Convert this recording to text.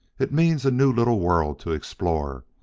it means a new little world to explore,